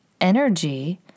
energy